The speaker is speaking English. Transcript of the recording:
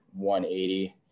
180